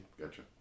Gotcha